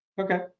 Okay